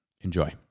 Enjoy